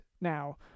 Now